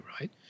right